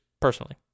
personally